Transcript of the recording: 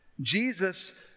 Jesus